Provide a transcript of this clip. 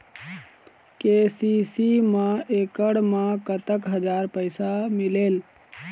KCC मा एकड़ मा कतक हजार पैसा मिलेल?